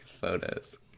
photos